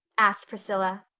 asked priscilla.